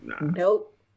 Nope